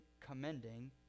commending